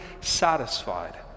satisfied